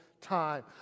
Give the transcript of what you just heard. time